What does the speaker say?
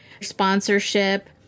sponsorship